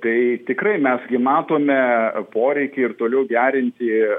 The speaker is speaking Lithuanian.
tai tikrai mes gi matome poreikį ir toliau gerinti